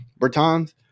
Bertans